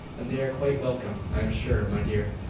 and they are quite welcome, i am sure, my dear,